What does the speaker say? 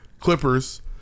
Clippers